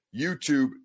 YouTube